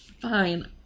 fine